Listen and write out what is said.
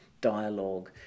dialogue